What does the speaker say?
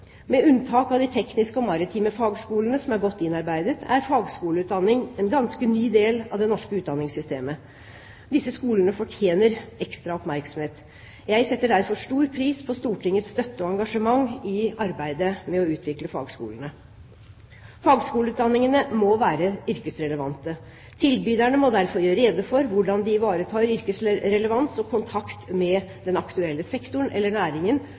Med unntak av de tekniske og maritime fagskolene, som er godt innarbeidet, er fagskoleutdanning en ganske ny del av det norske utdanningssystemet. Disse skolene fortjener ekstra oppmerksomhet. Jeg setter derfor stor pris på Stortingets støtte og engasjement i arbeidet med å utvikle fagskolene. Fagskoleutdanningene må være yrkesrelevante. Tilbyderne må derfor gjøre rede for hvordan de ivaretar yrkesrelevans og kontakt med den aktuelle sektoren eller næringen